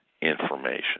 information